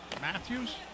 Matthews